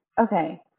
okay